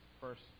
first